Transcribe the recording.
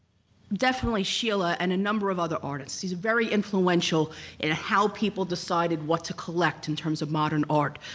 definitely schiele, ah and a number of other artists. he's very influential in how people decided what to collect in terms of modern art,